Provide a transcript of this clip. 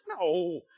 No